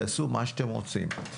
תעשו מה שאתם רוצים.